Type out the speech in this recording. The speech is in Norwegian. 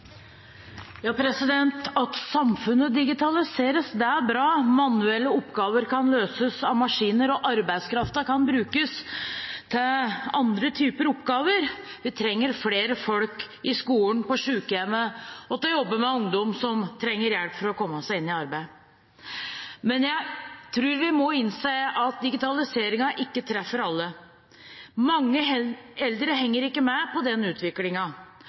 bra. Manuelle oppgaver kan løses av maskiner, og arbeidskraften kan brukes til andre typer oppgaver. Vi trenger flere folk i skolen, på sykehjemmet og til å jobbe med ungdom som trenger hjelp til å komme seg inn i arbeid. Men jeg tror vi må innse at digitaliseringen ikke treffer alle. Mange eldre henger ikke med på den